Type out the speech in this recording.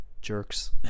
jerks